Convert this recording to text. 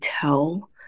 tell